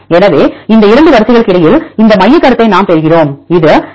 எனவே இந்த 2 வரிசைகளுக்கு இடையில் இந்த மையக்கருத்தை நாம் பெறுகிறோம் இது டி